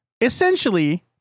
Essentially